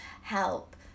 help